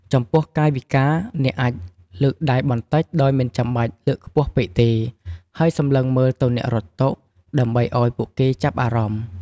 ចំពោះកាយវិការ អ្នកអាចលើកដៃបន្តិចដោយមិនចាំបាច់លើកខ្ពស់ពេកទេ ហើយសម្លឹងមើលទៅអ្នករត់តុ ដើម្បីឲ្យពួកគេចាប់អារម្មណ៍។